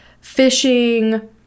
fishing